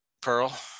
Pearl